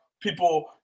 People